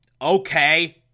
Okay